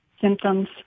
symptoms